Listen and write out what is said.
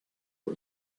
for